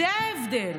זה ההבדל.